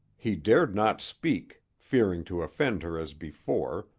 he dared not speak, fearing to offend her as before,